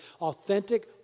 Authentic